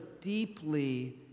deeply